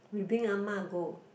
we bring Ah-Ma go